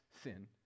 sin